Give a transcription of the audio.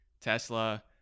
Tesla